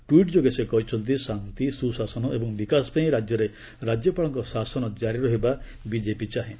tweet ଯୋଗେ ସେ କହିଛନ୍ତି ଶାନ୍ତି ସୁଶାସନ ଏବଂ ବିକାଶପାଇଁ ରାଜ୍ୟରେ ରାଜ୍ୟପାଳଙ୍କ ଶାସନ ଜାରି ରହିବା ବିକେପି ଚାହେଁ